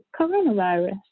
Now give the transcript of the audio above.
coronavirus